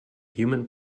human